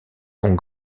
sont